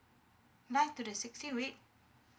none to the sixteen week